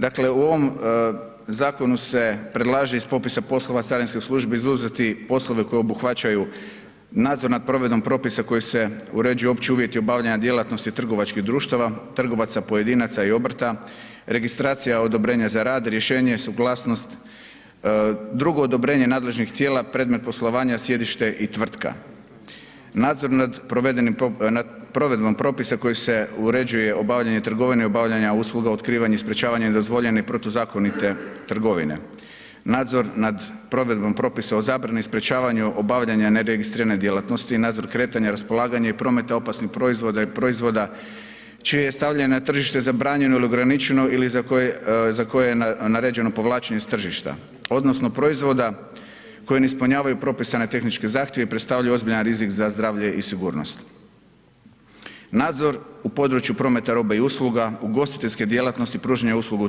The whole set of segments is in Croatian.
Dakle u ovom zakonu se predlaže iz popisa poslova carinske službe izuzeti poslove koji obuhvaćaju nadzor nad provedbom propisa kojima se uređuju opći uvjeti obavljanja djelatnosti trgovačkih društava, trgovaca pojedinaca i obrta, registracija odobrenja za rad, rješenje, suglasnost, drugo odobrenje nadležnih tijela, predmet poslovanja, sjedište i tvrtka, nadzor nad provedbom propisa kojim se uređuje obavljanje trgovine i obavljanje usluga u otkrivanju, sprječavanju nedozvoljene i protuzakonite trgovine, nadzor nad provedbom propisa o zabrani i sprječavanju obavljanja neregistrirane djelatnosti, nadzor kretanja raspolaganja i prometa opasnih proizvoda i proizvoda čije je stavljanje na tržište zabranjeno ili ograničeno ili za koje je naređeno povlačenje s tržišta odnosno proizvoda koji ne ispunjavaju propisane tehničke zahtjeve i predstavljaju ozbiljan rizik za zdravlje i sigurnost, nadzor u području prometa robe i usluga, ugostiteljske djelatnosti pružanja usluga u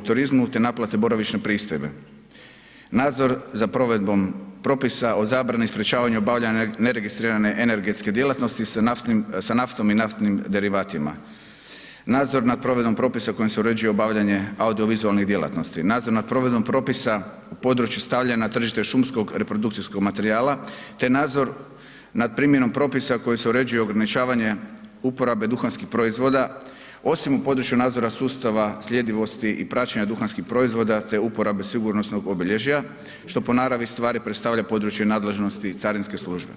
turizmu te naplate boravišne pristojbe, nadzor za provedbom propisa o zabrani i sprječavanju obavljana neregistrirane energetske djelatnosti sa naftom i naftnim derivatima, nadzor za provedbom propisa kojim se uređuje obavljanje audio-vizualnih djelatnosti, nadzor za provedbom propisa u području stavljanja na tržište šumskog reprodukcijskog materijala te nadzor nad primjenom propisa kojim se uređuje ograničavanje uporabe duhanskih proizvoda osim u području nazora sustava sljedivosti i praćenja duhanskih proizvoda te uporabe sigurnosnog obilježja što po naravi stvari predstavlja područje nadležnosti carinske službe.